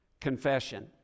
confession